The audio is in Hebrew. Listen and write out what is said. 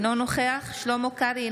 אינו נוכח שלמה קרעי,